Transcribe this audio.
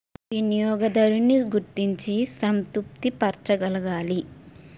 వినియోగదారున్ని గుర్తించి సంతృప్తి పరచగలగాలి